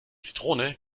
zitrone